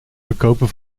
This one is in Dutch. verkopen